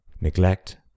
Neglect